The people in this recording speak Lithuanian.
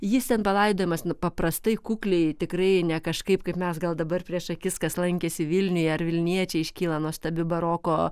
jis ten palaidojamas nu paprastai kukliai tikrai ne kažkaip kaip mes gal dabar prieš akis kas lankėsi vilniuje ar vilniečiai iškyla nuostabi baroko